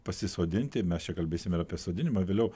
pasisodinti mes čia kalbėsim ir apie sodinimą vėliau